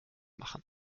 machen